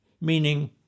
meaning